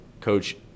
coach